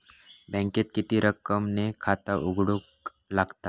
बँकेत किती रक्कम ने खाता उघडूक लागता?